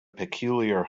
peculiar